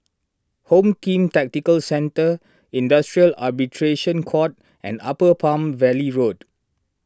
Home Team Tactical Centre Industrial Arbitration Court and Upper Palm Valley Road